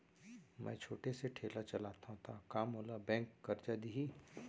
मैं छोटे से ठेला चलाथव त का मोला बैंक करजा दिही?